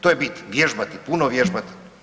To je bit, vježbati, puno vježbati.